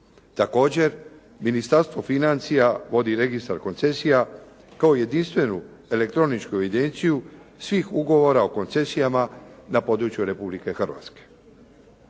Također Ministarstvo financija vodi registar koncesija kao jedinstvenu elektroničku evidenciju svih ugovora o koncesijama na području Republike Hrvatske.